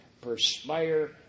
perspire